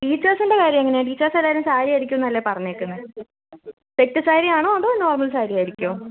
ടീച്ചേഴ്സിൻ്റെ കാര്യം എങ്ങനെയാണ് ടീച്ചേഴ്സ് എല്ലാവരും സാരി ആയിരിക്കും എന്നല്ലേ പറഞ്ഞിരിക്കുന്നത് സെറ്റ് സാരി ആണോ അതോ നോർമൽ സാരി ആയിരിക്കുമോ